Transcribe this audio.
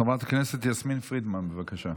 חברת הכנסת יסמין פרידמן, בבקשה.